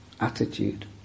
attitude